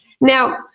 Now